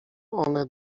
one